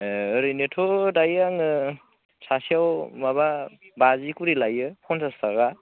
ए ओरैनोथ' दायो आङो सासेयाव माबा बाजि खरि लायो फन्सास थाखा